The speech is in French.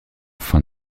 fin